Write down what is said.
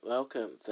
Welcome